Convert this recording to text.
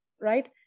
right